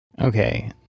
Okay